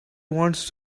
wants